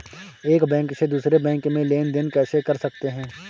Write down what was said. एक बैंक से दूसरे बैंक में लेनदेन कैसे कर सकते हैं?